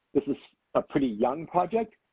this is a pretty young project.